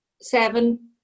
seven